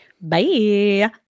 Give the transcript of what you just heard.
Bye